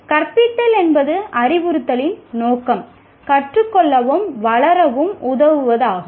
கற்பித்தல் என்பது அறிவுறுத்தலின் நோக்கம் கற்றுக்கொள்ளவும் வளரவும் உதவுவதாகும்